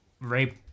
rape